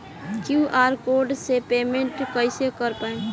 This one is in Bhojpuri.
क्यू.आर कोड से पेमेंट कईसे कर पाएम?